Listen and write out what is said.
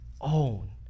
own